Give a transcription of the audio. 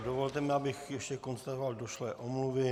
Dovolte mi, abych ještě konstatoval došlé omluvy.